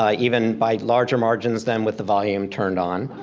ah even by larger margins than with the volume turned on.